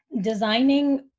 designing